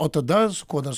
o tada skuodas